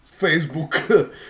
Facebook